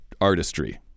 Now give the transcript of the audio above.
artistry